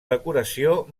decoració